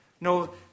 No